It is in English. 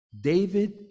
David